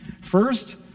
First